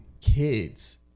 kids